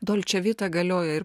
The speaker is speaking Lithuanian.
dolce vita galioja ir